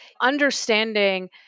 understanding